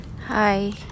Hi